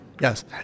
Yes